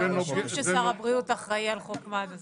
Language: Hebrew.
רשום ששר הבריאות אחראי על חוק מד"א.